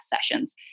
sessions